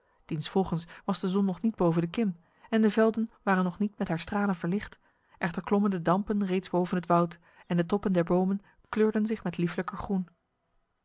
diensvolgens was de zon nog niet boven de kim en de velden waren nog niet met haar stralen verlicht echter klommen de dampen reeds boven het woud en de toppen der bomen kleurden zich met lieflijker groen